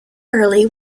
early